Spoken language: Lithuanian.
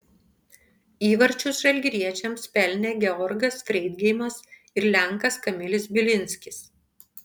įvarčius žalgiriečiams pelnė georgas freidgeimas ir lenkas kamilis bilinskis